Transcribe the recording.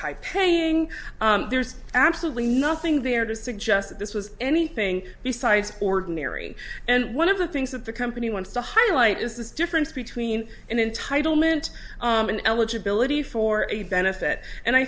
high paying there's absolutely nothing there to suggest that this was anything besides ordinary and one of the things that the company wants to highlight is the difference between and in title meant in eligibility for a benefit and i